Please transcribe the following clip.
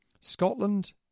Scotland